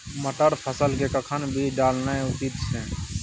मटर फसल के कखन बीज डालनाय उचित छै?